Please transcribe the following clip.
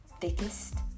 thickest